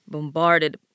Bombarded